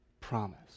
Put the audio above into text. promise